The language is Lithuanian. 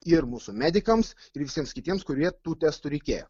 ir mūsų medikams ir visiems kitiems kurie tų testų reikėjo